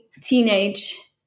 teenage